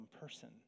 person